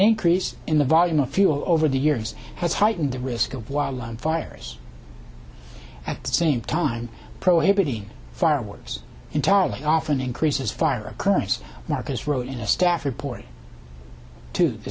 increase in the volume of fuel over the years has heightened the risk of wildland fires at the same time prohibiting fireworks entirely often increases fire occurrence marcus wrote in a staff report to the